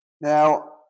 Now